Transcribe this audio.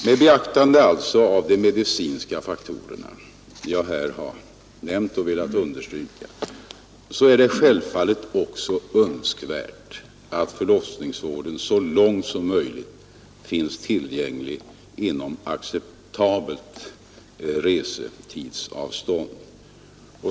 Med beaktande av de medicinska faktorer som jag här har nämnt och velat understryka är det självfallet också önskvärt att förlossningsvården så långt som möjligt finns tillgänglig inom acceptabelt restidsavstånd.